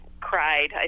cried